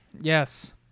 Yes